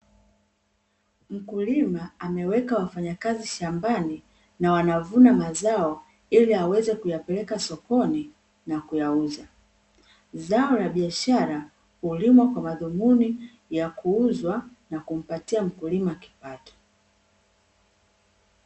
Mkulima ameweka wafanyakazi shambani na wanavuna mazao, ili awezekuyapeleka sokoni na kuyauza. Zao la biashara hulimwa kwa madhumuni ya kuuzwa na kumpatia mkulima kipato.